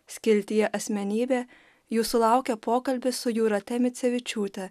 skiltyje asmenybė jūsų laukia pokalbis su jūrate micevičiūte